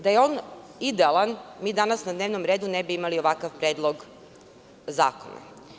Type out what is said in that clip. Da je on idealan, mi danas na dnevnom redu ne bi imali ovakav Predlog zakona.